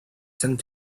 sent